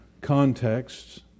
contexts